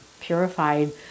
purified